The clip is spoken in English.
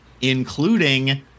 including